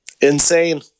Insane